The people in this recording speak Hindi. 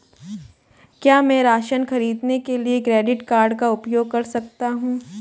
क्या मैं राशन खरीदने के लिए क्रेडिट कार्ड का उपयोग कर सकता हूँ?